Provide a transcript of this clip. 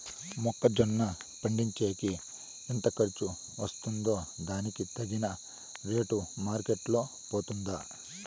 మొక్క జొన్న పండించేకి ఎంత ఖర్చు వస్తుందో దానికి తగిన రేటు మార్కెట్ లో పోతుందా?